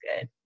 good